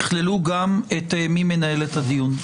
יכללו גם מי מנהל את הדיון.